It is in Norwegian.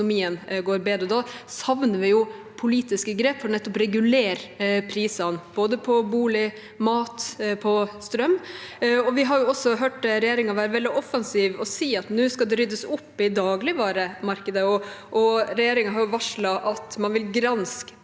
Da savner vi politiske grep for nettopp å regulere prisene, både for bolig, mat og strøm. Vi har også hørt regjeringen være veldig offensiv og si at nå skal det ryddes opp i dagligvaremarkedet, og regjeringen har varslet at man vil granske